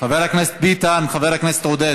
חבר הכנסת ביטן, חבר הכנסת עודד.